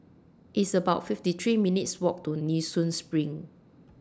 It's about fifty three minutes' Walk to Nee Soon SPRING